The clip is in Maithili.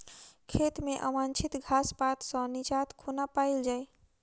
खेत मे अवांछित घास पात सऽ निजात कोना पाइल जाइ?